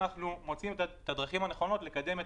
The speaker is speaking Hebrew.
אנחנו מוצאים את הדרכים הנכונות לקדם את